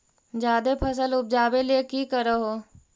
जादे फसल उपजाबे ले की कर हो?